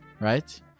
Right